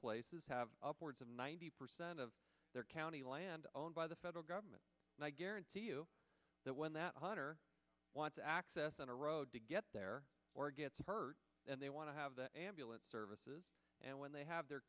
places have upwards of ninety percent of their county land owned by the federal government and i guarantee you that when that hunter wants access on a road to get there or gets hurt and they want to have the ambulance services and when they have their